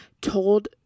told